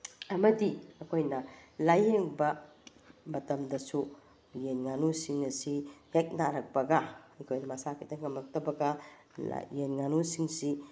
ꯑꯃꯗꯤ ꯑꯩꯈꯣꯏꯅ ꯂꯥꯏꯌꯦꯡꯕ ꯃꯇꯝꯗꯁꯨ ꯌꯦꯟ ꯉꯥꯅꯨꯁꯤꯡ ꯑꯁꯤ ꯍꯦꯛ ꯅꯥꯔꯛꯄꯒ ꯑꯩꯈꯣꯏꯅ ꯃꯁꯥ ꯈꯤꯇꯪ ꯉꯝꯃꯛꯇꯕꯒ ꯌꯦꯟ ꯉꯥꯅꯨꯁꯤꯡꯁꯤ